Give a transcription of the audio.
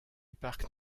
parc